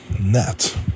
net